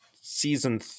season